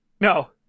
No